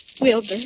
Wilbur